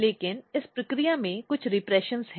लेकिन इस प्रक्रिया के कुछ रीप्रिशन हैं